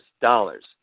dollars